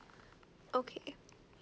okay